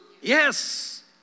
Yes